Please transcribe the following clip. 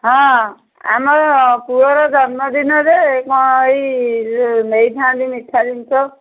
ହଁ ଆମ ପୁଅର ଜନ୍ମଦିନରେ କ'ଣ ଏଇ ନେଇଥାନ୍ତି ମିଠା ଜିନିଷ